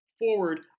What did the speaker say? forward